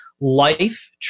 life